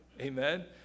Amen